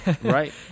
right